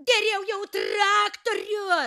geriau jau traktorius